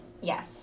Yes